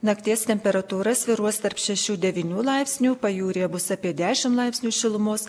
nakties temperatūra svyruos tarp šešių devynių laipsnių pajūryje bus apie dešimt laipsnių šilumos